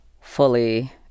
fully